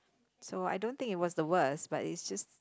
so I don't think it was the worst but is just